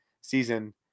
season